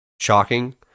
shocking